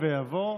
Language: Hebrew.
יעלה ויבוא.